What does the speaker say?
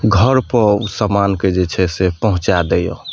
घरपर समानके जे छै से पहुँचा दैया